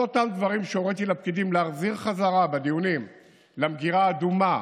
כל אותם דברים שהוריתי לפקידים בדיונים להחזיר חזרה למגירה האדומה